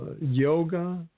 yoga